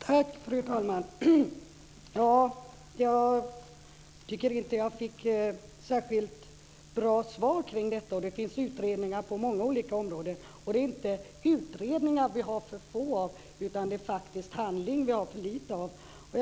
Fru talman! Jag tycker inte att jag fick något särskilt bra svar kring detta. Det finns utredningar på många olika områden, och det är inte utredningar vi har för få av utan det är handling vi har för lite av. Fru talman!